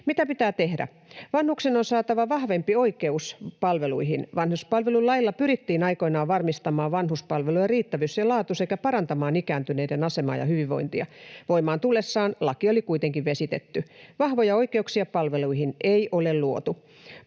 Mitä pitää tehdä? Vanhuksen on saatava vahvempi oikeus palveluihin. Vanhuspalvelulailla pyrittiin aikoinaan varmistamaan vanhuspalvelujen riittävyys ja laatu sekä parantamaan ikääntyneiden asemaa ja hyvinvointia. Voimaan tullessaan laki oli kuitenkin vesitetty. Vahvoja oikeuksia palveluihin ei ole luotu.